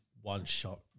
one-shot